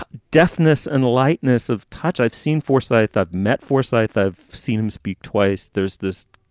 ah deftness and lightness of touch. i've seen foresight that met foresight. i've seen him speak twice. there's this.